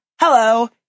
hello